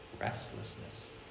restlessness